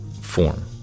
form